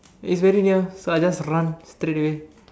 it's very near so I just run straight away